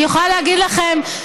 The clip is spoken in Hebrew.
אני יכולה להגיד לכם,